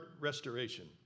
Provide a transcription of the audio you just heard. restoration